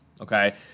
Okay